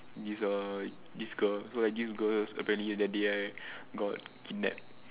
is uh this girl so this girl apparently that day right got kidnapped